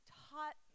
taught